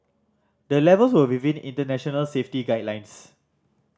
the levels were within international safety guidelines